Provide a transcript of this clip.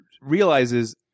realizes